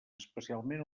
especialment